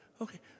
okay